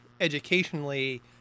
educationally